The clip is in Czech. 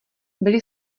byli